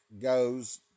goes